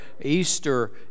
Easter